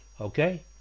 Okay